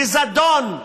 בזדון,